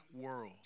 world